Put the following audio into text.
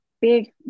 big